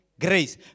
grace